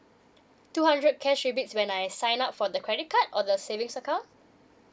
two hundred cash rebates when I sign up for the credit card or the savings account